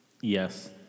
Yes